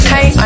Hey